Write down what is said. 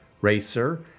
Racer